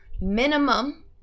minimum